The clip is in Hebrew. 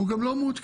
הוא גם לא מעודכן.